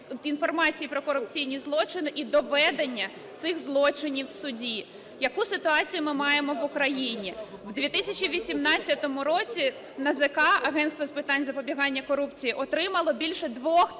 про корупційні злочини і доведення цих злочинів у суді. Яку ситуацію ми маємо в України? В 2018 році НАЗК (Агентство з питань запобігання корупції) отримало більше 2 тисяч